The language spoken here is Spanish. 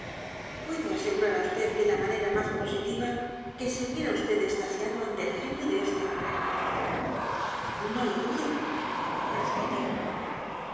r a r vd de la manera m á s positiva que se hubiera vd extasiado ante el genio d e este hombre no lo dudo respondí